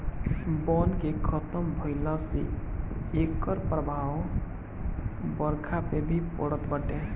वन के खतम भइला से एकर प्रभाव बरखा पे भी पड़त बाटे